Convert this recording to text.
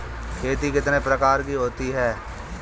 खेती कितने प्रकार की होती है?